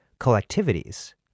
collectivities